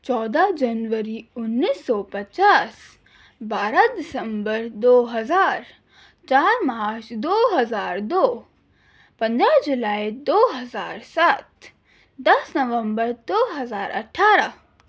چودہ جنوری انیس سو پچاس بارہ دسمبر دو ہزار چار مارچ دو ہزار دو پندرہ جولائی دو ہزار سات دس نومبر دو ہزار اٹھارہ